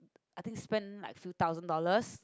I think spend like few thousand dollars